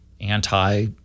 anti